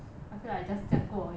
I feel like just 酱过而已 eh